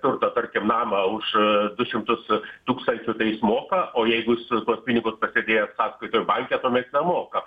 turtą tarkim namą už du šimtus tūkstančių tai jis moka o jeigu jis tuos pinigus pasidėjęs sąskaitoj banke tuomet jis nemoka